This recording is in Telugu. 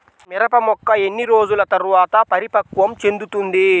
మిరప మొక్క ఎన్ని రోజుల తర్వాత పరిపక్వం చెందుతుంది?